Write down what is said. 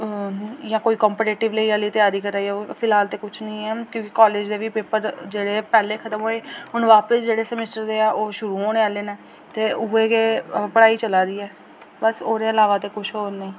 जां कोई कम्पीटिटिव लेई आह्ली त्यारी करा होग फिलहाल ते कुछ निं ऐ क्योंकी कॉलेज दे बी पेपर जेह्ड़े ऐ पैह्लें खत्म होऐ हून बापस जेह्ड़े सेमेस्टर दे ऐ ओह् शुरू होने आह्ले न ते उ'ऐ गै पढ़ाई चला दी ऐ बस ओह्दे अलावा कुछ होर नेईं